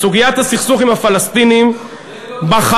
בסוגיית הסכסוך עם הפלסטינים בחרו,